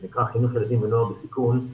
זה נקרא חינוך ילדים ונוער בסיכון,